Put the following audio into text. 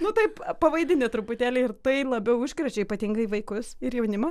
nu taip pavaidini truputėlį ir tai labiau užkrečia ypatingai vaikus ir jaunimą